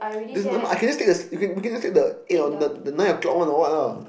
this nevermind I can just take the we can just take the eight or the the nine o-clock one or what ah